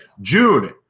June